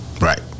Right